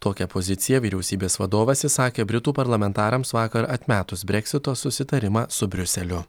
tokią poziciją vyriausybės vadovas išsakė britų parlamentarams vakar atmetus breksito susitarimą su briuseliu